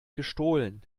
gestohlen